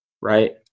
Right